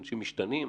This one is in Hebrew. אנשים משתנים,